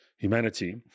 humanity